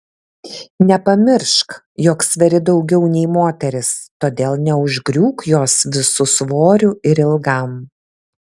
nepamiršk jog sveri daugiau nei moteris todėl neužgriūk jos visu svoriu ir ilgam